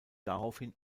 daraufhin